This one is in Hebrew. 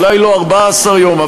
אולי לא 14 יום,